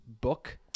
book